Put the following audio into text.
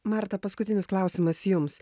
marta paskutinis klausimas jums